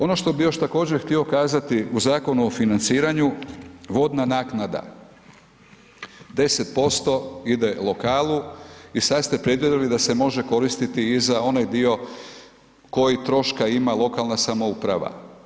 Ono što bi još također htio kazati u Zakonu o financiranju, vodna naknada, 10% ide lokalnu i sada ste predvidjeli da se može koristiti i za onaj dio, koji troška ima lokalna samouprava.